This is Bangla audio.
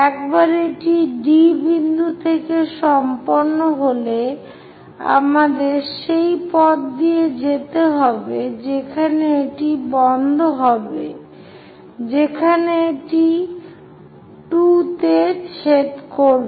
একবার এটি D বিন্দু থেকে সম্পন্ন হলে আমাদের সেই পথ দিয়ে যেতে হবে যেখানে এটি বন্ধ হবে যেখানে এটি 2 তে ছেদ করবে